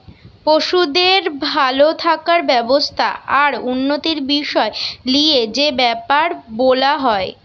পশুদের ভাল থাকার ব্যবস্থা আর উন্নতির বিষয় লিয়ে যে বেপার বোলা হয়